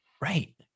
Right